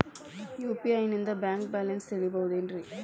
UPI ನಿಂದ bank balance ತಿಳಿಬಹುದೇನ್ರಿ?